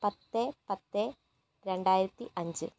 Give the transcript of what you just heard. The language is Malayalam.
പത്ത് പത്ത് രണ്ടായിരത്തി അഞ്ച്